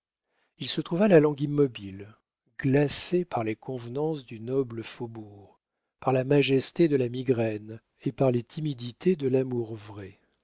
il se trouva la langue immobile glacée par les convenances du noble faubourg par la majesté de la migraine et par les timidités de l'amour vrai